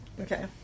Okay